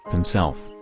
himself,